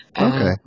Okay